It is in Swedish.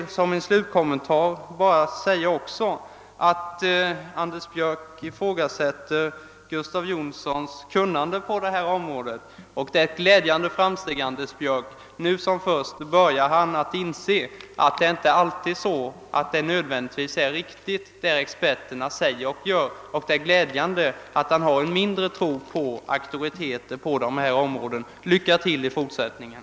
Som en slutkommentar vill jag säga att Anders Björck ifrågasätter Gustav Jonssons kunnande på detta område. Ifrågasättandet är ett glädjande framsteg, Anders Björck. Nu som först börjar han inse att det inte alltid nödvändigtvis är riktigt vad experterna säger och gör. Det är glädjande att han har mindre tro på auktoriteter på detta område. Lycka till i fortsättningen!